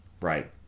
right